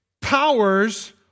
powers